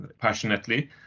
passionately